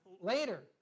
later